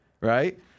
Right